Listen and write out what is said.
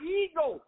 ego